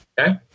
Okay